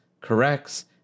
corrects